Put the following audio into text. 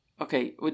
Okay